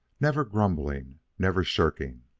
never grumbling, never shirking.